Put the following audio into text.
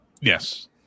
Yes